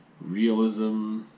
realism